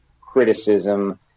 criticism